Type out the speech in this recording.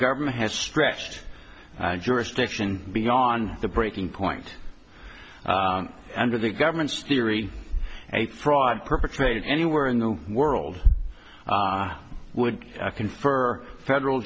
government has stretched jurisdiction beyond the breaking point under the government's theory a fraud perpetrated anywhere in the world would confer federal